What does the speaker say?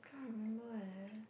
can't remember eh